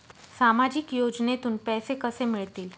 सामाजिक योजनेतून पैसे कसे मिळतील?